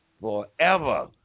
forever